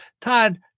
Todd